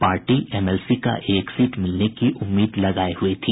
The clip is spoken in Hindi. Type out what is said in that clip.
पार्टी एमएलसी का एक सीट मिलने की उम्मीद लगाये हुए थी